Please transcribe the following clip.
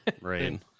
Right